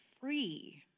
free